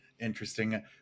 interesting